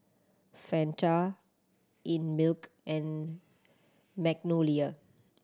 Fanta Einmilk and Magnolia